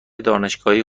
دانشگاهی